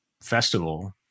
festival